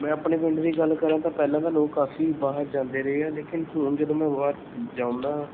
ਮੈਂ ਆਪਣੇ ਪਿੰਡ ਦੀ ਗੱਲ ਕਰਾਂ ਤਾਂ ਪਹਿਲਾਂ ਤਾਂ ਲੋਕ ਕਾਫੀ ਬਾਹਰ ਜਾਂਦੇ ਰਹੇ ਆ ਲੇਕਿਨ ਹੁਣ ਜਦੋਂ ਮੈਂ ਬਾਹਰ ਜਾਉਨਾ